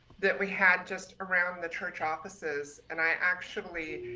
that we had just around the church offices. and i actually,